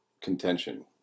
contention